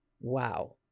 Wow